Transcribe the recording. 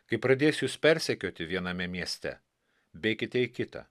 kai pradės jus persekioti viename mieste bėkite į kitą